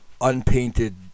unpainted